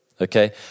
okay